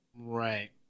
Right